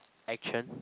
action